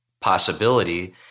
possibility